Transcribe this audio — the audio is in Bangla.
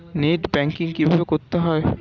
নেট ব্যাঙ্কিং কীভাবে করতে হয়?